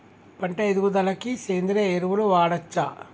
పంట ఎదుగుదలకి సేంద్రీయ ఎరువులు వాడచ్చా?